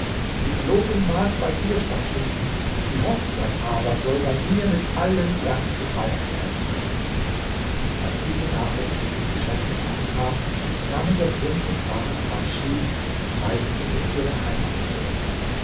die verlobung mag bei dir stattfinden die hochzeit aber soll bei mir mit allem glanz gefeiert werden als diese nachricht mit den geschenken ankam nahmen der prinz und ward abschied und reisten in ihre heimat zurück